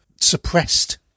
suppressed